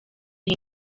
iyi